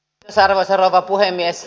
arvoisa rouva puhemies